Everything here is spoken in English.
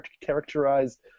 characterized